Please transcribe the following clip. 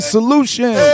Solution